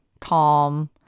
calm